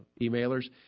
emailers